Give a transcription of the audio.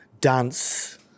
dance